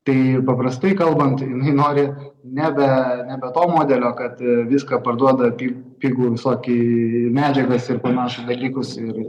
tai ir paprastai kalbant jinai nori nebe nebe to modelio kad viską parduoda kaip pigų visokį medžiagas ir panašius dalykus ir